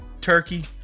turkey